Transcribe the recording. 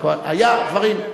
רק היה דברים,